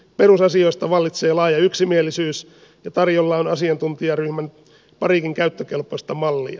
perusasioista vallitsee laaja yksimielisyys ja tarjolla on asiantuntijaryhmän parikin käyttökelpoista mallia